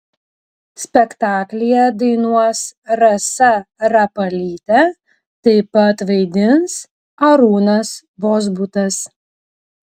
spektaklyje dainuos rasa rapalytė taip pat vaidins arūnas vozbutas